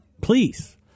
please